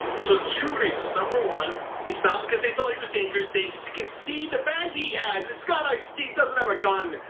so two reasons, number one, it's not because they thought he was dangerous, they so can see the bag he has it's got iced tea, he doesn't have a gun.